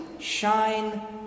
shine